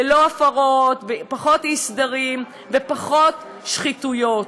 ללא הפרות ועם פחות אי-סדרים ופחות שחיתויות,